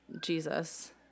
Jesus